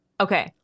okay